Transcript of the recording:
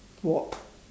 walk